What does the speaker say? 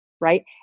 Right